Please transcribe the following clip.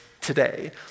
today